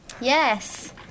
Yes